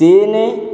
ତିନି